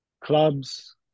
clubs